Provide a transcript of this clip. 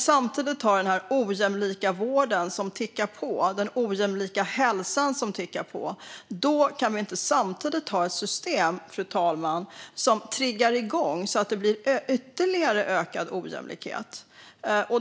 När vi har den här situationen med ojämlik vård och hälsa som tickar på kan vi inte, fru talman, samtidigt ha ett system som triggar igång så att ojämlikheten ökar ytterligare.